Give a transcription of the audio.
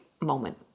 moment